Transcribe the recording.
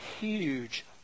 huge